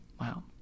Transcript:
Wow